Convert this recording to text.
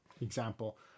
example